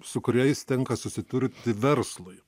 su kuriais tenka susidurti verslui